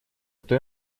кто